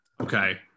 Okay